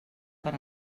per